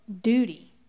duty